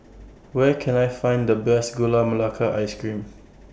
Where Can I Find The Best Gula Melaka Ice Cream